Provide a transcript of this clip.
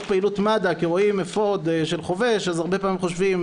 פעילות מד"א כי רואים אפוד של חובש אז הרבה פעמים חושבים,